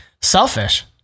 selfish